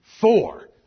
four